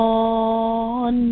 on